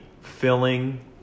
filling